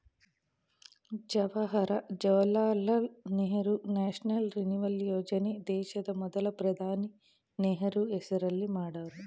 Jawahar Jawaharlal Nehru national renewal ಯೋಜನೆ ದೇಶದ ಮೊದಲ ಪ್ರಧಾನಿ ನೆಹರು ಹೆಸರಲ್ಲಿ ಮಾಡವ್ರೆ